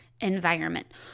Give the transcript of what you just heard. environment